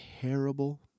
terrible